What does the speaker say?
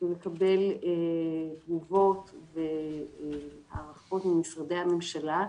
ולקבל תגובות והערכות ממשרדי הממשלה,